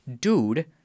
dude